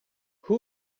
who